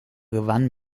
gewann